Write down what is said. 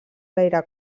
gaire